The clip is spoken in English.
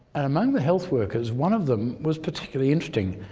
and among the health workers one of them was particularly interesting.